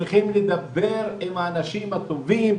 צריכים לדבר עם האנשים הטובים,